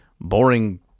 boring